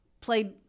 played